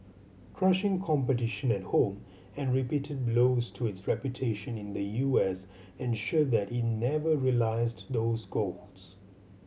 crushing competition at home and repeated blows to its reputation in the U S ensured that it never realised those goals